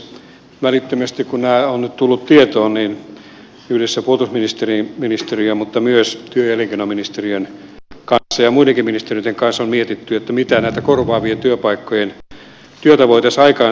välittömästi kun nämä ovat nyt tulleet tietoon yhdessä puolustusministeriön mutta myös työ ja elinkeinoministeriön ja muidenkin ministeriöiden kanssa on mietitty mitä korvaa vien työpaikkojen työtä voitaisiin aikaansaada